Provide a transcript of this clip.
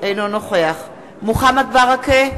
אינו נוכח מוחמד ברכה,